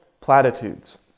platitudes